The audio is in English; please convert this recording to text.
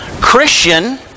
Christian